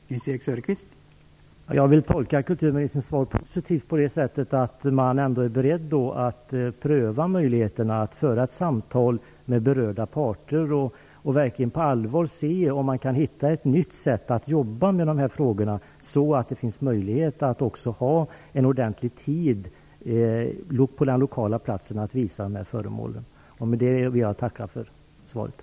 Herr talman! Jag vill tolka kulturministerns svar positivt på det sättet att man ändå är beredd att pröva möjligheten att föra ett samtal med berörda parter och verkligen på allvar se om det går att hitta ett nytt sätt att jobba med de här frågorna, så att det ges ordentligt med tid att visa föremålen på den lokala platsen. Med det vill jag tacka för svaret.